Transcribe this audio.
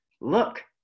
look